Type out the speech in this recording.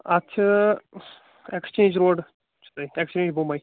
اَتھ چھِ exchange road چھِ تۄہہِ ایٚکٕسچینٛج بُمے